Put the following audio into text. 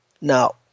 now